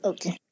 Okay